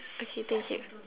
okay K thank